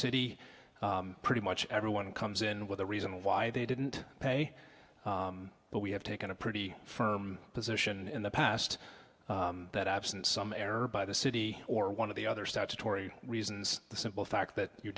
city pretty much everyone comes in with a reason why they didn't pay but we have taken a pretty firm position in the past that absent some error by the city or one of the other statutory reasons the simple fact that you